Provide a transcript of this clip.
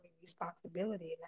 responsibility